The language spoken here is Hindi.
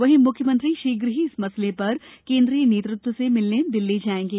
वहीं मुख्यमंत्री शीघ्र ही इस मसले पर केन्द्रीय नेतृत्व से मिलने दिल्ली जाएंगे